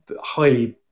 highly